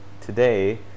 today